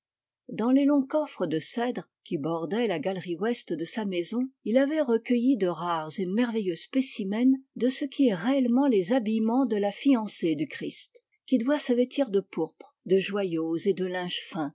dans les longs coffres de cèdre qui bordaient la galerie ouest de sa maison il avait recueilli de rares et merveilleux spécimens de ce qui est réellement les habillements de la fiancée du christ qui doit se vêtir de pourpre de joyaux et de linges fins